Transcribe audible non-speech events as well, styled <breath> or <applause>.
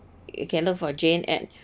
you can look for jane at <breath>